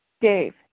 Dave